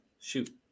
shoot